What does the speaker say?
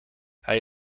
hij